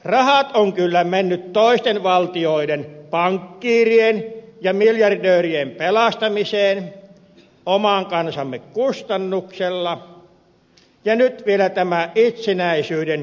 rahat ovat kyllä menneet toisten valtioiden pankkiirien ja miljardöörien pelastamiseen oman kansamme kustannuksella ja nyt vielä tämä itsenäisyyden rippeidenkin pois luovuttaminen